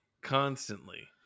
Constantly